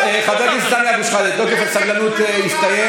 חבר הכנסת סמי אבו שחאדה, תוקף הסבלנות הסתיים.